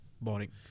boring